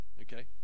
Okay